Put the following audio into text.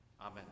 Amen